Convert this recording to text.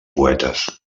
poetes